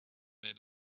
may